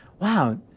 wow